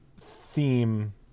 theme